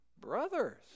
brothers